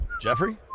Jeffrey